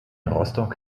rostock